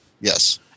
Yes